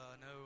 no